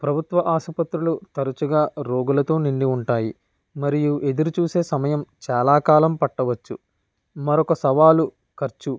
ప్రభుత్వ ఆసుపత్రులు తరుచుగా రోగులతో నిండి ఉంటాయి మరియు ఎదురుచూసే సమయం చాలాకాలం పట్టవచ్చు మరొక సవాలు ఖర్చు